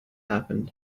happened